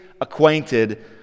acquainted